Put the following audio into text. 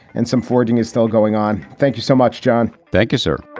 and some fording is still going on. thank you so much, john. thank you, sir